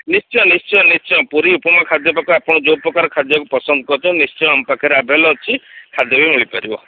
ନିଶ୍ଚୟ ନିଶ୍ଚୟ ନିଶ୍ଚୟ ପୁରୀ ଉପମା ଖାଦ୍ୟ ପାଖକୁ ଆପଣ ଯେଉଁ ପ୍ରକାର ଖାଦ୍ୟକୁ ପସନ୍ଦ କରିଛନ୍ତି ନିଶ୍ଚୟ ଆମ ପାଖରେ ଆଭେଲ୍ ଅଛି ଖାଦ୍ୟ ବି ମିଳିପାରିବ